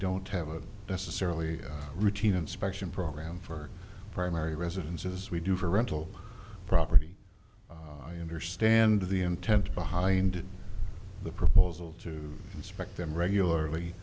don't have a necessarily routine inspection program for primary residences we do for rental property i understand the intent behind the proposal to inspect them regularly